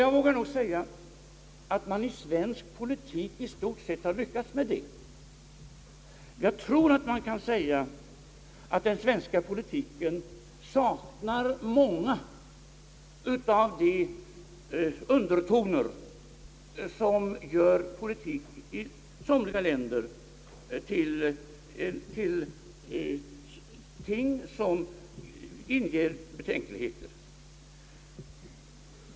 Jag vågar nog säga att man i svensk politik i stort sett har lyckats med det. Jag tror att man kan säga att den svenska politiken saknar många av de undertoner som gör politik i somliga länder till ting som inger betänkligheter.